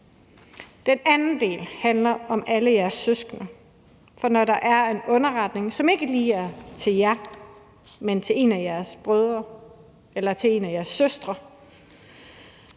Den anden del handler om alle jer søskende. For når der før var en underretning, som ikke lige var om jer, men om en af jeres brødre eller søstre,